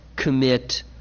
commit